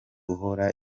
uhora